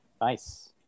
Nice